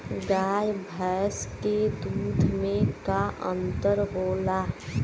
गाय भैंस के दूध में का अन्तर होला?